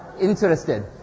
interested